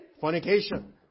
fornication